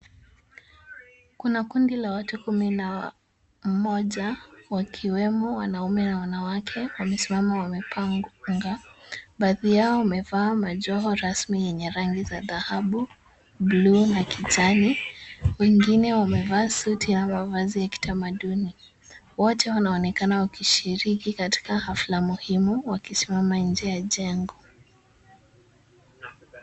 Kuna kundi la watu kumi na moja wakiwemo wanaume na wanawake wame simama wame panga. Baadhi yao wamevaa majoa rasmi yenye rangi za dhahabu. Blue na kijani, wengine wamevaa suti ama vazi ya kitamaduni. Wote wana onekana wakishiriki katika hafla muhimu wakisimama nje ya jengo.